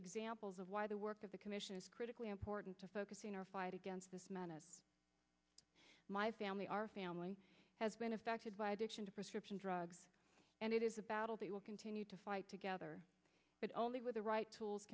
examples of why the work of the commission is critically important to focusing our fight against this man and my family our family has been affected by addiction to prescription drugs and it is a battle that will continue to fight together but only with the right tools